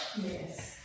Yes